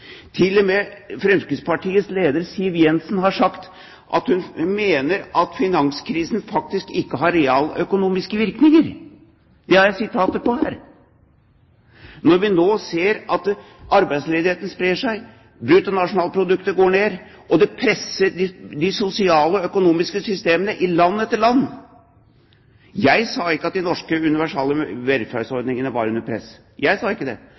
Fremskrittspartiets leder, Siv Jensen, har sagt at hun mener at finanskrisen faktisk ikke har realøkonomiske virkninger – det har jeg sitater på her – når vi nå ser at arbeidsledigheten sprer seg, bruttonasjonalproduktet går ned, og det presser de sosiale og økonomiske systemene i land etter land. Jeg sa ikke at de norske universale velferdsordningene var under press – jeg sa ikke det.